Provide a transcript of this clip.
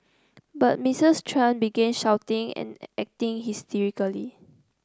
but Mistress Tran began shouting and acting hysterically